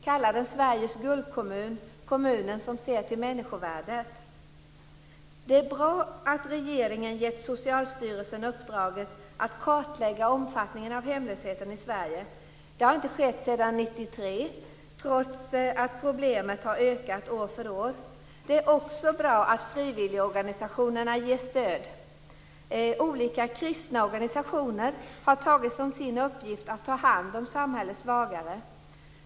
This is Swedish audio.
Kalla den Sveriges guldkommun - kommunen som ser till människovärdet. Det är bra att regeringen gett Socialstyrelsen uppdraget att kartlägga omfattningen av hemlösheten i Sverige. Det har inte skett sedan 1993 trots att problemet har ökat år för år. Det är också bra att frivilligorganisationerna ges stöd. Olika kristna organisationer har tagit som sin uppgift att ta hand om samhällets svagare.